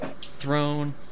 Throne